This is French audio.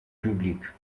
publique